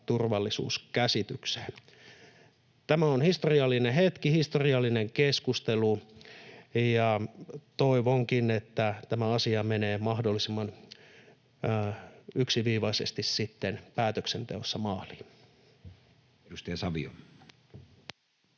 turvallisuuskäsitykseen. Tämä on historiallinen hetki, historiallinen keskustelu, ja toivonkin, että tämä asia menee mahdollisimman yksiviivaisesti sitten päätöksenteossa maaliin.